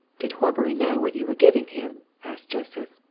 did horbury know what you were giving him? asked joseph.